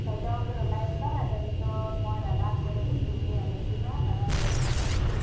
চাৰিটামান বজাত ওলাই আহিবা তাৰপিছত মই দাদাক কৈ দিম তুমি আহি থাকিবা দাদাই লৈ আহিবগৈ